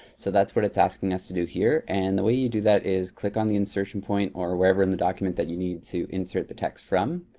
so that's what it's asking us to do here. and the way you do that is click on the insertion point, or wherever in the document that you need to insert the text from.